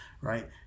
right